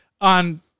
On